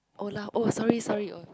oh lah oh sorry sorry what was that